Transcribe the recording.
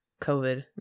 COVID